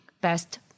best